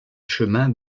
chemin